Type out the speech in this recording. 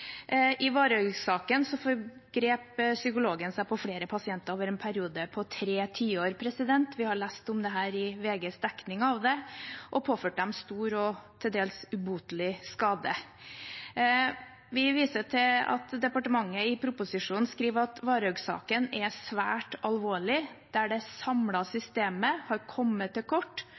psykologen seg på flere pasienter over en periode på tre tiår – vi har lest om dette i VGs dekning av det – og påførte dem stor og til dels ubotelig skade. Vi viser til at departementet i proposisjonen skriver: «Varhaug-saken er en svært alvorlig sak, der det samlede system har kommet til kort